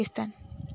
Pakistan